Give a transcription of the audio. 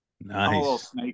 nice